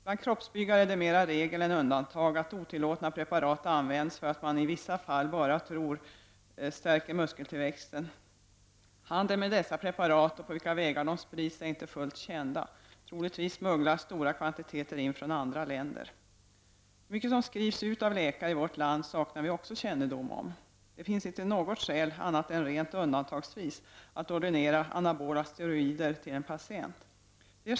Bland kroppsbyggare är det mera regel än undantag att man använder otillåtna preparat som, vilket man i vissa fall bara tror, stärker muskeltillväxten. Handeln med dessa preparat är inte fullt känd, inte heller på vilka vägar de sprids. Troligtvis smugglas stora kvantiteter in från andra länder. Hur stora mängder av dessa preparat som skrivs ut av läkare i vårt land saknar vi också kännedom om. Det finns inte något skäl att annat än rent undantagsvis ordinera anabola steroider till en patient.